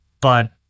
but-